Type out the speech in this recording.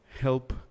help